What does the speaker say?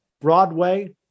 Broadway